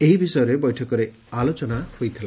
ଏହି ବିଷୟରେ ବୈଠକରେ ଆଲୋଚନା ହୋଇଥିଲା